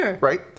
right